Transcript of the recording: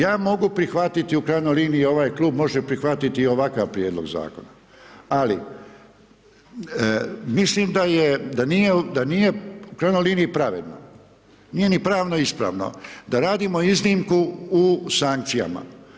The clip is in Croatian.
Ja mogu prihvatiti, u krajnjoj liniji i ovaj klub može prihvatiti i ovakav prijedlog zakona ali mislim da je, da nije u krajnjoj liniji pravedno, nije ni pravno ispravno da radimo iznimku u sankcijama.